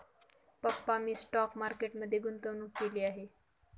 पप्पा मी stock market मध्ये गुंतवणूक केली आहे